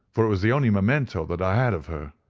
for it was the only memento that i had of her.